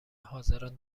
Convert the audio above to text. حاضران